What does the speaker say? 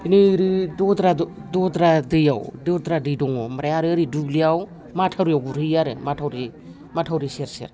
रोरो दद्रा दद्रा दैयाव दद्रा दै दङ ओमफ्राय आरो ओरै दुब्लियाव माथावरियाव गुरहैयो आरो माथावरि माथावरि सेर सेर